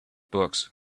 books